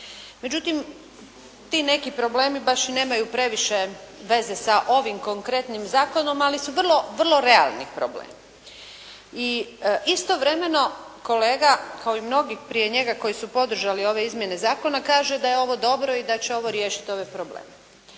Međutim, ti neki problemi baš i nemaju previše veze sa ovim konkretnim zakonom, ali su vrlo realni problemi. I istovremeno kolega, kao i mnogi prije njega koji su podržali ove izmjene zakona, kaže da je ovo dobro i da će ovo riješiti ovaj problem.